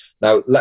Now